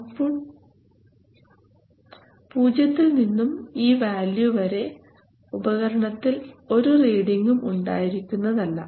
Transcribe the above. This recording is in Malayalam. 0 യിൽ നിന്നും ഈ വാല്യൂ വരെ ഉപകരണത്തിൽ ഒരു റീഡിംഗും ഉണ്ടായിരിക്കുന്നതല്ല